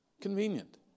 convenient